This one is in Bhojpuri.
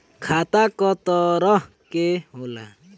खाता क तरह के होला?